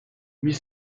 huit